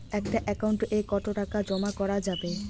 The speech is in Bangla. একটা একাউন্ট এ কতো টাকা জমা করা যাবে?